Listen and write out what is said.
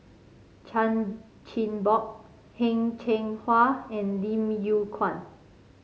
Chan Chin Bock Heng Cheng Hwa and Lim Yew Kuan